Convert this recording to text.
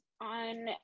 on